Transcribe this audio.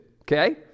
okay